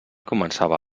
començava